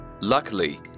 Luckily